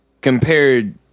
compared